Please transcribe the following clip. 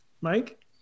Mike